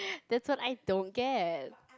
that's what I don't get